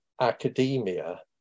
academia